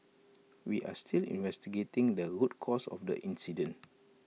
we are still investigating the root cause of the incident